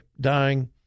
Dying